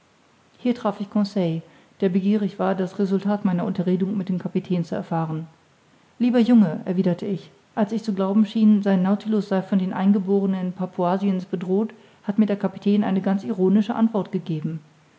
hier traf ich conseil der begierig war das resultat meiner unterredung mit dem kapitän zu erfahren lieber junge erwiderte ich als ich zu glauben schien sein nautilus sei von den eingeborenen papuasiens bedroht hat mir der kapitän eine ganz ironische antwort gegeben